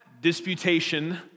Disputation